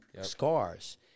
scars